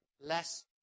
less